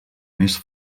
més